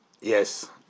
Yes